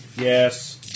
Yes